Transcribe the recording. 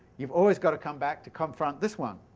you've always got to come back to confront this one,